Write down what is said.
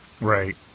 Right